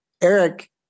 Eric